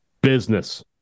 business